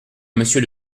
monsieur